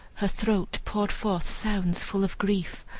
her throat poured forth sounds full of grief,